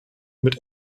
mit